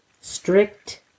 strict